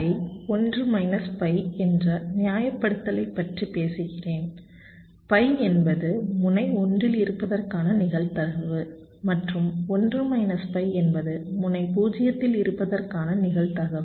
by 1 minus pi என்ற நியாயப்படுத்தலைப் பற்றி பேசுகிறேன் பை என்பது முனை 1 இல் இருப்பதற்கான நிகழ்தகவு மற்றும் 1 மைனஸ் பை என்பது முனை 0 இல் இருப்பதற்கான நிகழ்தகவு